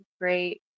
great